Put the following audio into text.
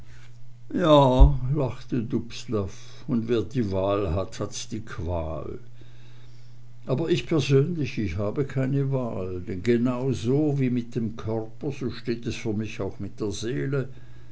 ja lachte dubslav und wer die wahl hat hat die qual aber ich persönlich ich habe keine wahl denn genauso wie mit dem körper so steht es für mich auch mit der seele